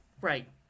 Right